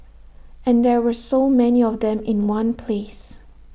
and there were so many of them in one place